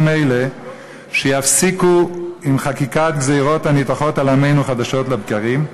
אלה יפסיקו עם חקיקת גזירות הניתכות על עמנו חדשות לבקרים.